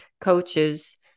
coaches